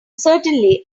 certainly